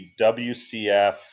WCF